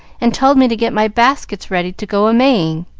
and told me to get my baskets ready to go a-maying.